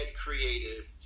creative